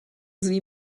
sie